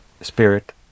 spirit